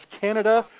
Canada